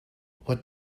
what